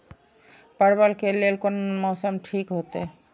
परवल के लेल कोन मौसम ठीक होते?